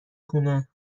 خونه